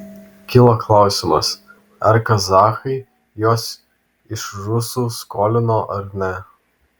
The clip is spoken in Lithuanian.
kilo klausimas ar kazachai juos iš rusų skolino ar ne